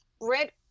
Red